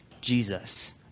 Jesus